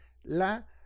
la